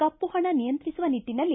ಕಪ್ಪುಹಣ ನಿಯಂತ್ರಿಸುವ ನಿಟ್ಟನಲ್ಲಿ